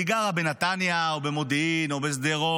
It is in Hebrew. והיא גרה בנתניה או במודיעין או בשדרות,